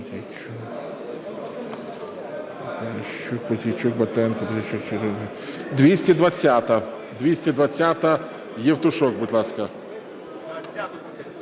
220-а. 220-а, Євтушок, будь ласка.